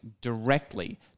directly